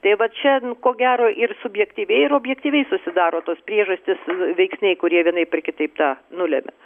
tai vat čia nu ko gero ir subjektyviai ir objektyviai susidaro tos priežastys veiksniai kurie vienaip ar kitaip tą nulemia